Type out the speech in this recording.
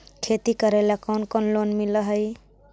खेती करेला कौन कौन लोन मिल हइ?